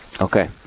Okay